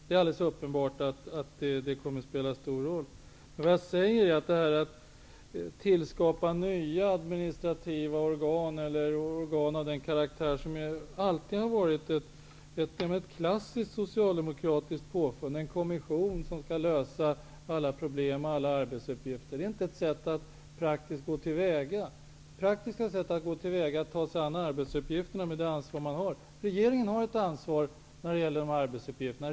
Det är alldeles uppenbart att de kommer att spela stor roll. Men att tillskapa nya administrativa organ, eller organ av den karaktär som alltid har varit ett klassiskt socialdemokratiskt påfund, en kommission som skall lösa alla problem och alla arbetsuppgifter, är inte ett praktiskt sätt att gå till väga. Det praktiska sättet är att ta sig an arbetsuppgifterna med det ansvar man har. Regerigen har ett ansvar när det gäller de här arbetsuppgifterna.